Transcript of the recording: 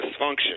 dysfunction